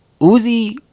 Uzi